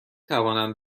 توانند